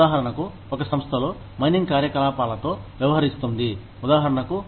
ఉదాహరణకు ఒక సంస్థలో మైనింగ్ కార్యకలాపాలతో వ్యవహరిస్తుంది ఉదాహరణకు